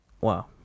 wow